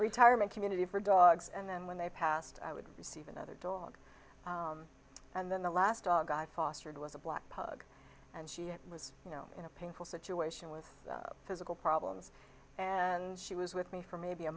retirement community for dogs and then when they passed i would receive another dog and then the last dog i fostered was a black pug and she was in a painful situation with physical problems and she was with me for maybe a